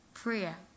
prayer